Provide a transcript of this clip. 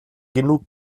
genug